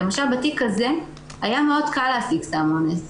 למשל בתיק הזה, היה מאוד קל להשיג סם אונס.